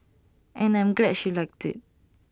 and I'm glad she liked IT